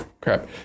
Crap